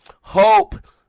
hope